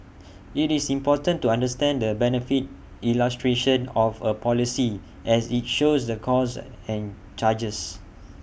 IT is important to understand the benefit illustration of A policy as IT shows the costs and charges